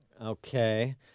Okay